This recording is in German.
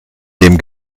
dem